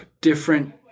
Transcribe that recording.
different